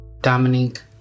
Dominique